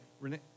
Renee